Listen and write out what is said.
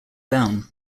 down